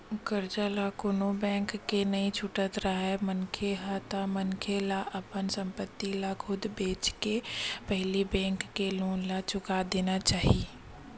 करजा ल कोनो बेंक के नइ छुटत राहय मनखे ह ता मनखे ला अपन संपत्ति ल खुद बेंचके के पहिली बेंक के लोन ला चुका देना चाही